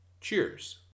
Cheers